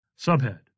Subhead